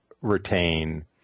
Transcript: retain